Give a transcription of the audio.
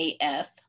AF